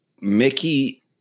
Mickey